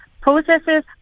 processes